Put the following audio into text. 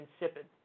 insipid